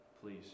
please